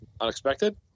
unexpected